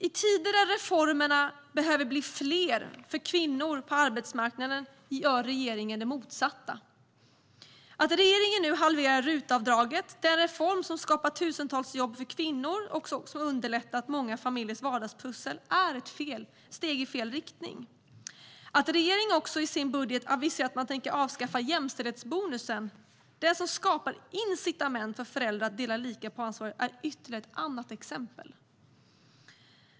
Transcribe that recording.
I tider när vi behöver göra fler reformer för kvinnor på arbetsmarknaden gör regeringen det motsatta. Att regeringen nu halverar RUT-avdraget, den reform som skapat tusentals jobb för kvinnor och som också underlättat många familjers vardagspussel, är ett steg i fel riktning. Att regeringen i sin budget aviserat att man också tänker avskaffa jämställdhetsbonusen, den som skapar incitament för föräldrar att dela lika på ansvaret, är ett annat exempel.